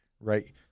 right